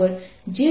તો H Jfree0 છે